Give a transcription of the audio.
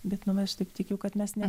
bet nu aš taip tikiu kad mes ne